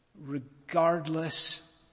regardless